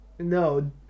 No